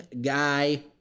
guy